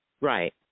Right